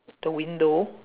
the window